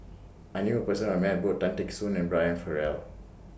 I knew A Person Who Met Both Tan Teck Soon and Brian Farrell